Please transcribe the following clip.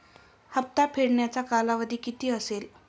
हप्ता फेडण्याचा कालावधी किती असेल?